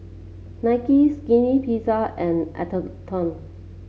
Nike Skinny Pizza and Atherton